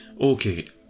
Okay